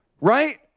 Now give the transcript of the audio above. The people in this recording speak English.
right